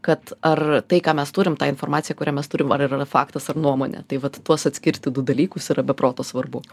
kad ar tai ką mes turim tą informaciją kurią mes turim ar ir yra faktas ar nuomonė tai vat tuos atskirti du dalykus yra beproto svarbu